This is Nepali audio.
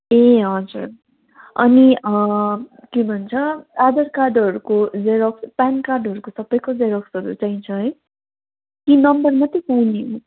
ए हजुर अनि के भन्छ आधार कार्डहरूको जेरक्स प्यान कार्डहरूको सबैको जेरक्सहरू चाहिन्छ है कि नम्बर मात्रै चाहिने हो